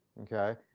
okay